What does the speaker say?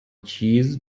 cheese